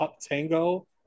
tango